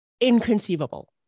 inconceivable